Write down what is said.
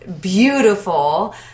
beautiful